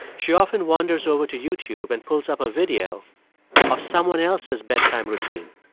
she often wanders over to youtube and pulls up a video of someone else's bedtime routine.